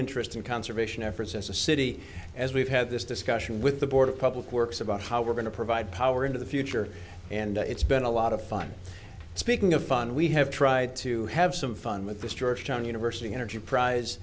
interest in conservation efforts as a city as we've had this discussion with the board of public works about how we're going to provide power into the future and it's been a lot of fun speaking of fun we have tried to have some fun with this georgetown university energy prize